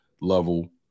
level